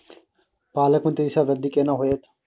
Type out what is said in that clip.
पालक में तेजी स वृद्धि केना होयत?